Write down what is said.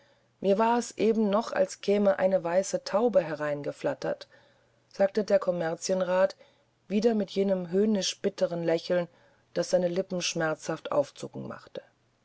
mir war's eben noch als käme eine weiße taube hereingeflattert sagte der kommerzienrat wieder mit jenem höhnisch bitteren lächeln das seine lippen schmerzhaft aufzucken machte